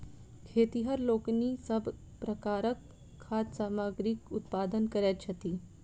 खेतिहर लोकनि सभ प्रकारक खाद्य सामग्रीक उत्पादन करैत छथि